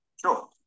sure